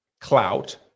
clout